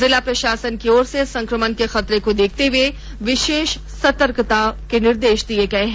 जिला प्रशासन की ओर से संक्रमण के खतरे को देखते हुए विशेष सतर्कता के निर्देश दिये गये हैं